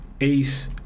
Ace